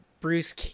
Bruce